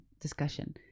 discussion